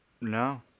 No